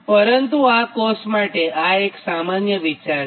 પરંતુ આ કોર્સ માટે આ એક સામાન્ય વિચાર છે